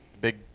big